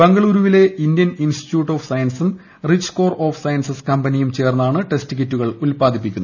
ബംഗളുരുവിലെ Indian institute of സയൻസും rich core of sciences കമ്പനിയും ചേർന്നാണ് ടെസ്റ്റ് കിറ്റുകൾ ഉൽപാദിപ്പിക്കുന്നത്